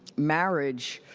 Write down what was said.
marriage,